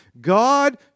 God